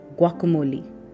guacamole